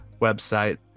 website